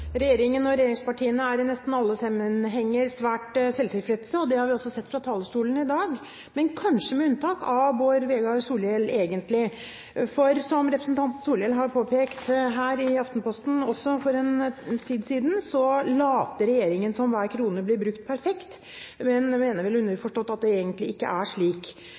Regjeringen og regjeringspartiene er i nesten alle sammenhenger svært selvtilfredse, det har vi også sett fra talerstolen i dag – men kanskje med unntak av Bård Vegar Solhjell. Som representanten Solhjell har påpekt også i Aftenposten for en tid siden, later regjeringen som om hver krone blir brukt perfekt, men mener vel underforstått at det egentlig ikke er slik.